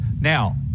Now